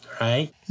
Right